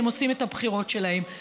הם עושים את הבחירות שלהם.